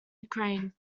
ukraine